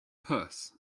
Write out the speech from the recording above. purse